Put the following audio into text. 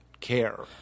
care